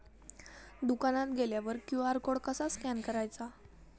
दुकानात गेल्यावर QR code कसा स्कॅन करायचा?